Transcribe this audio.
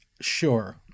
Sure